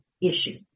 issue